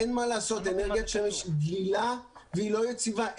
אין מה לעשות אנרגיית שמש היא דלילה ולא יציבה.